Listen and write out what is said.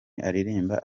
aririmba